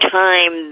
time